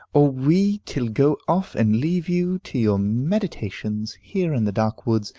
or we till go off and leave you to your meditations, here in the dark woods,